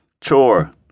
chore